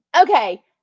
Okay